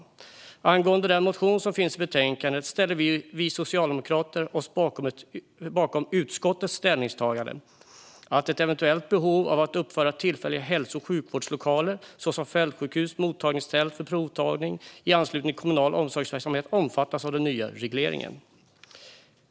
När det gäller den motion som behandlas i betänkandet ställer vi socialdemokrater oss bakom utskottets ställningstagande: att ett eventuellt behov av att uppföra tillfälliga hälso och sjukvårdslokaler, såsom fältsjukhus och mottagningstält för provtagning, i anslutning till kommunal omsorgsverksamhet omfattas av den nya regleringen.